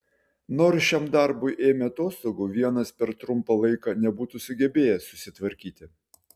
nors šiam darbui ėmė atostogų vienas per trumpą laiką nebūtų sugebėjęs susitvarkyti